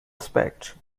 respect